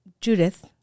Judith